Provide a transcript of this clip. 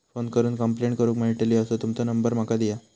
Phone करून complaint करूक मेलतली असो तुमचो नंबर माका दिया?